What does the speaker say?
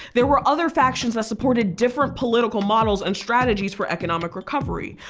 there were other factions that supported different political models and strategies for economic recovery.